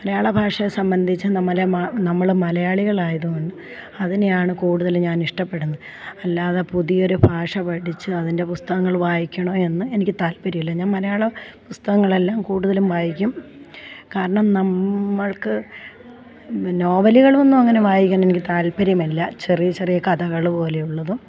മലയാളഭാഷയെ സംബന്ധിച്ച് നമ്മളെ നമ്മൾ മലയാളികളായതുകൊണ്ട് അതിനെയാണ് കൂടുതൽ ഞാനിഷ്ടപ്പെടുന്നത് അല്ലാതെ പുതിയൊരു ഭാഷ പഠിച്ച് അതിന്റെ പുസ്തകങ്ങൾ വായിക്കണോയെന്ന് എനിക്ക് താല്പര്യമില്ല ഞാൻ മലയാളപുസ്തകങ്ങളെല്ലാം കൂടുതലും വായിക്കും കാരണം നമ്മൾക്ക് പിന്നെ നോവലുകളൊന്നുമങ്ങനെ വായിക്കാനെനിക്ക് താൽപര്യമില്ല ചെറിയ ചെറിയ കഥകൾ പോലെയുള്ളതും